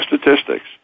statistics